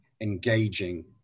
engaging